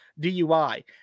DUI